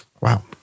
Wow